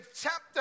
chapter